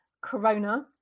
corona